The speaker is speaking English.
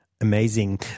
Amazing